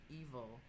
evil